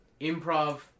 improv